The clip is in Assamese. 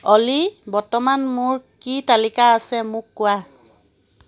অ'লি বৰ্তমান মোৰ কি তালিকা আছে মোক কোৱা